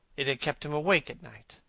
it had kept him awake at night.